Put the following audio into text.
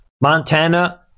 Montana